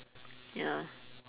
ya